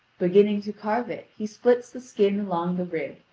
beginning to carve it he splits the skin along the rib,